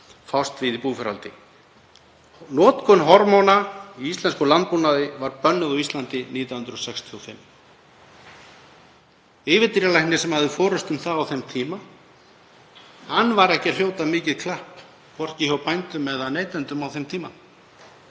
fást við í búfjárhaldi. Notkun hormóna í íslenskum landbúnaði var bönnuð á Íslandi 1965. Yfirdýralæknir, sem hafði forystu um það á þeim tíma, hlaut ekki mikið klapp, hvorki hjá bændum né neytendum, en það